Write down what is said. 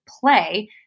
play